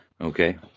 Okay